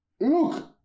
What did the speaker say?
Look